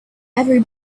every